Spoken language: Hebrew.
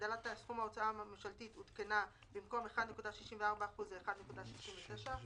סכום ההוצאה הממשלתית עודכנה במקום 1.64% ל-1.69%.